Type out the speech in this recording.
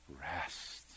rest